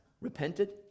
repented